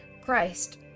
Christ